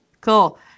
Cool